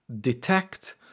detect